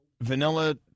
vanilla